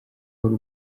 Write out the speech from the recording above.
w’u